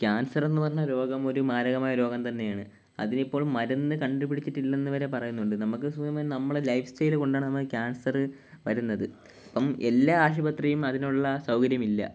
ക്യാന്സറെന്നു പറഞ്ഞ രോഗം ഒരു മാരകമായ രോഗം തന്നെയാണ് അതിനിപ്പോള് മരുന്ന് കണ്ടുപിടിച്ചിട്ടില്ലന്നു വരെ പറയുന്നുണ്ട് നമ്മള്ക്ക് സുഖം നമ്മളെ ലൈഫ്സ്റ്റൈല് കൊണ്ടാണ് നമ്മള്ക്ക് ക്യാന്സര് വരുന്നത് അപ്പോള് എല്ലാ ആശുപത്രിയും അതിനുള്ള സൗകര്യമില്ല